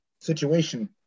situation